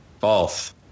False